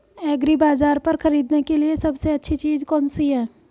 एग्रीबाज़ार पर खरीदने के लिए सबसे अच्छी चीज़ कौनसी है?